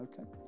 Okay